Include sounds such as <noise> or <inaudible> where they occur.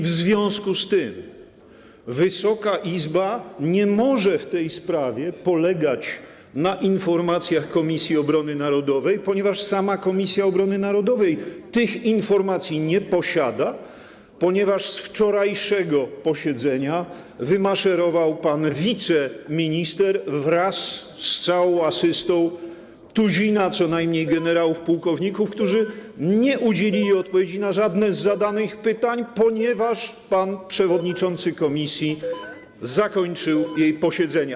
W związku z tym Wysoka Izba nie może w tej sprawie polegać na informacjach Komisji Obrony Narodowej, ponieważ sama Komisja Obrony Narodowej tych informacji nie posiada, gdyż z wczorajszego posiedzenia wymaszerował pan wiceminister wraz z całą asystą tuzina co najmniej <noise> generałów, pułkowników, którzy nie udzielili odpowiedzi na żadne z zadanych pytań, ponieważ pan przewodniczący komisji zakończył jej posiedzenie.